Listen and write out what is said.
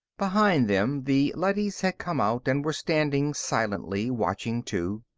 behind them, the leadys had come out and were standing silently, watching, too.